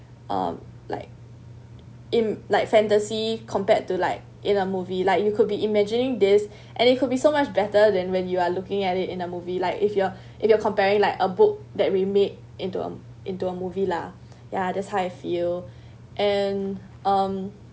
um like in like fantasy compared to like in a movie like you could be imagining this and it could be so much better than when you're looking at it in a movie like if you are if you are comparing like a book that we made into a m~ into a movie lah ya that's how I feel and um